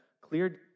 cleared